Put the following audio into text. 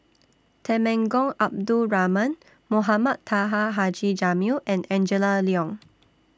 Temenggong Abdul Rahman Mohamed Taha Haji Jamil and Angela Liong